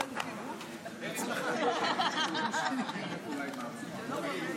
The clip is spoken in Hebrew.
וחברי הכנסת מוזמנים לכבד אותו ואת טל רוסו ולשבת במקומותיהם.